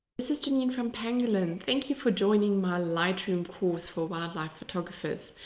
this is janine from pangolin. thank you for joining my lightroom course for wildlife photographers.